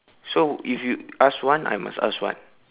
so if you ask one I must ask one